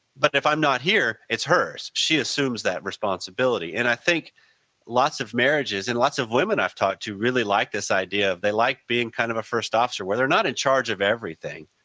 but if i am not here it's hers. she assumes that responsibility and i think lots of marriages and lots of women i have talked to really like this idea. they like being kind of a first officer. well, they are not in charge of everything,